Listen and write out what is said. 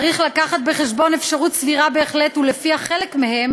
צריך להביא בחשבון אפשרות סבירה בהחלט שלפיה חלק מהם